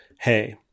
hey